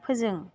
फोजों